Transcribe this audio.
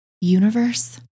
universe